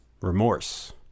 remorse